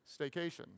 staycation